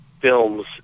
films